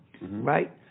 right